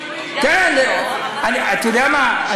אתה יודע מה?